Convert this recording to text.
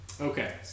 Okay